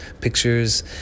pictures